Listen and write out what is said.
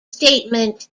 statement